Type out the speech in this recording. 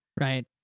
Right